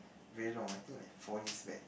very long I think like four years back